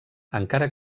encara